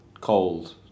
cold